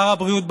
שר הבריאות,